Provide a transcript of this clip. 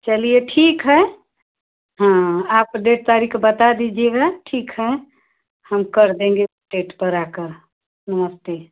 चलिए ठीक है हाँ आप डेट तरीख़ बता दीजिएगा ठीक है हम कर देंगे डेट पर आकर नमस्ते